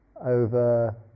over